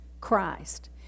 Christ